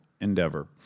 endeavor